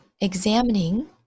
examining